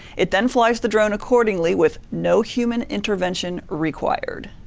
it then flies the drone accordingly with no human intervention required.